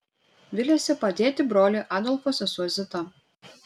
viliasi padėti broliui adolfo sesuo zita